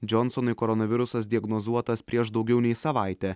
džonsonui koronavirusas diagnozuotas prieš daugiau nei savaitę